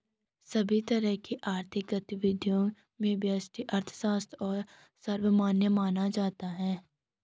सभी तरह की आर्थिक गतिविधियों में व्यष्टि अर्थशास्त्र को सर्वमान्य माना जाता है